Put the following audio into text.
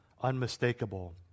unmistakable